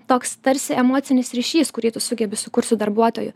toks tarsi emocinis ryšys kurį tu sugebi sukurt su darbuotoju